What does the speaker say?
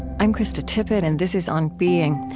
i'm krista tippett, and this is on being.